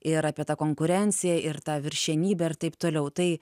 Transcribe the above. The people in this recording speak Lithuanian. ir apie tą konkurenciją ir tą viršenybę ir taip toliau tai